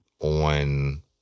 on